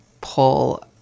pull